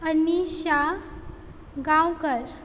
Anisha Gaonkar